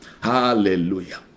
hallelujah